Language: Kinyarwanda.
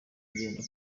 ingendo